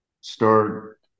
start